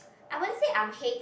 I won't say I'm hate